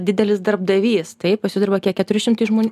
didelis darbdavys taip pas jus dirba kiek keturi šimtai žmonių